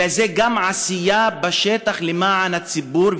אלא זה גם עשייה בשטח למען הציבור,